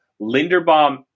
Linderbaum